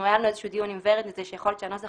היה לנו דיון עם ורד על זה שיכול להיות שהנוסח